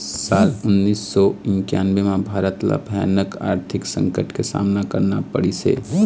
साल उन्नीस सौ इन्कानबें म भारत ल भयानक आरथिक संकट के सामना करना पड़िस हे